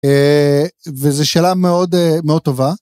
וזה שאלה מאוד מאוד טובה.